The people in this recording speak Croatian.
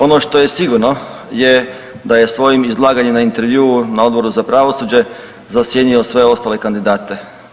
Ono što je sigurno je da je svojim izlaganjem na intervjuu na Odboru za pravosuđe zasjenio sve ostale kandidate.